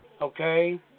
okay